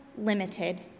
limited